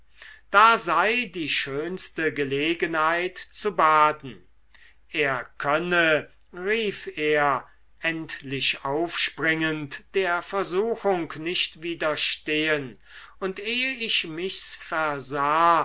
da sei die schönste gelegenheit zu baden er könne rief er endlich aufspringend der versuchung nicht widerstehen und ehe ich mich's